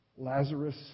Lazarus